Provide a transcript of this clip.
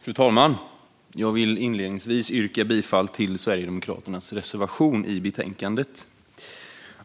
Fru talman! Jag vill inledningsvis yrka bifall till Sverigedemokraternas reservation i betänkandet.